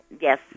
Yes